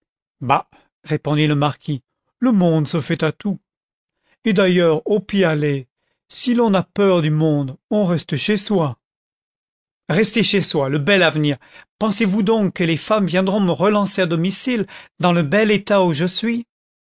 bah répondit le marquis le monde se fait à tout et d'ailleurs au pis aller si l'on a peur du monde on reste chez soi rester chez moi le bel avenir pensezvous donc que les femmes viendront me relancer à domicile dans le bel état où je suis